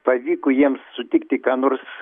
pavyko jiems sutikti ką nors